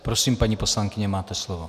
Prosím, paní poslankyně, máte slovo.